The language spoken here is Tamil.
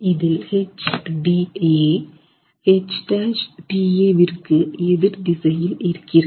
இதில் H DA H'tA விற்கு எதிர் திசையில் இருக்கிறது